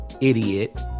idiot